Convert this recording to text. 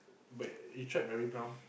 but you tried Mary-Brown